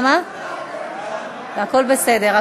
הכול בסדר.